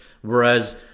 Whereas